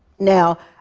now,